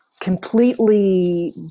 completely